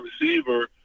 receiver